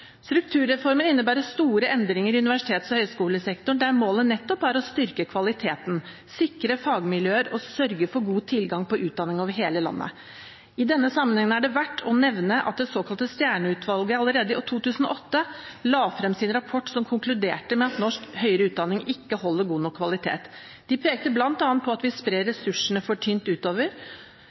Strukturreformen innebærer store endringer i universitets- og høyskolesektoren der målet nettopp er å styrke kvaliteten, sikre fagmiljøer og sørge for god tilgang på utdanning over hele landet. I denne sammenhengen er det verdt å nevne at det såkalte Stjernø-utvalget allerede i 2008 la frem sin rapport som konkluderte med at norsk høyere utdanning ikke holder god nok kvalitet. De pekte bl.a. på at vi sprer ressursene for tynt utover,